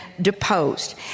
deposed